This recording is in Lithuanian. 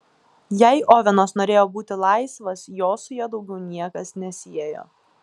jei ovenas norėjo būti laisvas jo su ja daugiau niekas nesiejo